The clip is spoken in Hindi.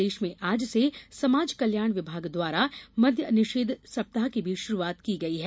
प्रदेश में आज से समाज कल्याण विभाग द्वारा मद्य निषेध सप्ताह की भी शुरूआत की गयी है